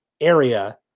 area